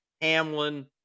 Hamlin